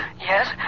Yes